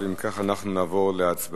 ואם כך, אנחנו נעבור להצבעה.